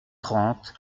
trente